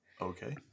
Okay